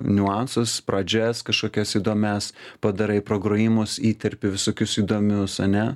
niuansus pradžias kažkokias įdomias padarai pragrojimus įterpi visokius įdomius ane